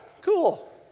cool